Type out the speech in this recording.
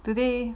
today